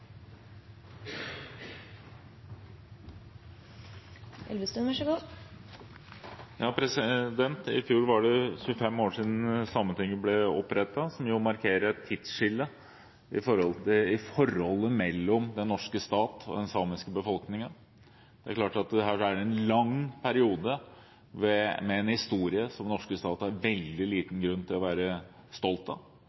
25 år siden Sametinget ble opprettet, noe som markerer et tidsskille i forholdet mellom den norske stat og den samiske befolkningen. Det er klart at her er det en lang periode med en historie som den norske stat har veldig liten grunn til å være stolt av.